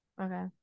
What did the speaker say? Okay